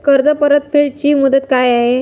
कर्ज परतफेड ची मुदत काय आहे?